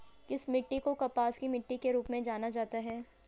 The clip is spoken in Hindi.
किस मिट्टी को कपास की मिट्टी के रूप में जाना जाता है?